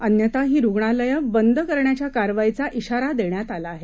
अन्यथा ही रुग्णालयं बंद करण्याच्या कारवाईचा श्रीारा देण्यात आला आहे